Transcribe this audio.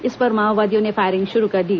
इस पर माओवादियों ने फायरिंग शुरू कर दी